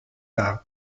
tard